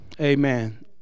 Amen